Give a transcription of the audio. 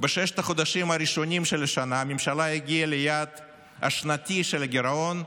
שבששת החודשים הראשונים של השנה הממשלה הגיעה ליעד השנתי של הגירעון,